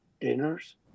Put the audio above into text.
dinners